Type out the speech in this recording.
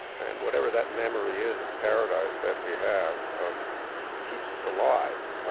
and whatever that memory is of paradise that we have keeps us alive.